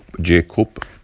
Jacob